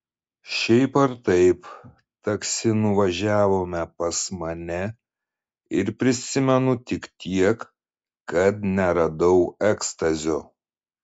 šiaip ar taip taksi nuvažiavome pas mane ir prisimenu tik tiek kad neradau ekstazio